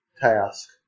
task